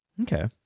okay